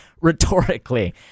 rhetorically